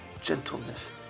gentleness